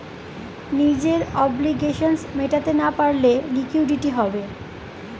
নিজের অব্লিগেশনস মেটাতে না পারলে লিকুইডিটি হবে